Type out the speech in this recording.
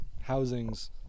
housings